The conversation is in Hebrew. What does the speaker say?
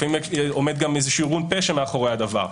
לפעמים עומד איזשהו ארגון פשע מאחורי הדבר.